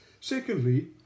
Secondly